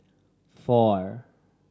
four